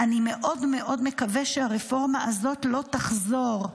"אני מאוד מאוד מקווה שהרפורמה הזאת לא תחזור.